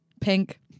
Pink